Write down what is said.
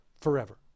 forever